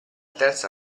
terza